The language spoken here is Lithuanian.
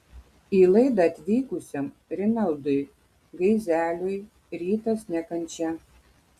į laidą atvykusiam rinaldui gaizeliui rytas ne kančia